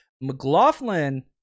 McLaughlin